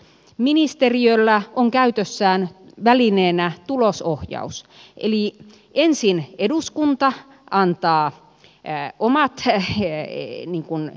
ministeriöllä on käytössään välineenä tulosohjaus eli ensin eduskunta antaa elää omaa free sheenin kun ei